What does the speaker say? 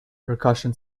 percussion